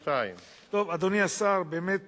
אדוני השר, באמת